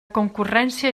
concurrència